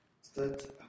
start